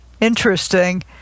Interesting